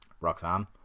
Roxanne